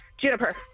Juniper